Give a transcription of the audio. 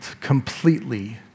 completely